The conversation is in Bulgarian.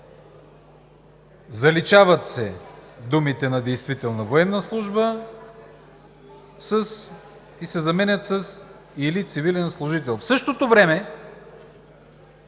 заличават се думите „на действителна военна служба“ и се заменят с „или цивилен служител“. В същото време